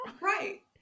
Right